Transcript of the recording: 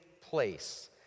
place